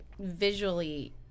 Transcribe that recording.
visually